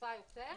חריפה יותר.